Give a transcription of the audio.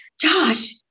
Josh